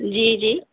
جی جی